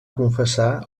confessar